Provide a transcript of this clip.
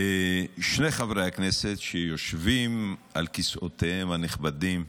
שני חברי הכנסת שיושבים על כיסאותיהם הנכבדים,